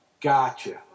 Gotcha